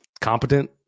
competent